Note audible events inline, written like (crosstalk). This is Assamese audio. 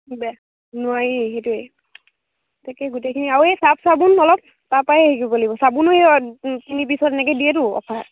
(unintelligible) নোৱাৰি সেইটোৱেই তাকেই গোটেইখিনি আই এই চাৰ্ফ চাবোন অলপ তাৰপাই আনিব লাগিব চাবোন সেই (unintelligible) তিনি পিছত এনেকে দিয়েতো অ'ফাৰ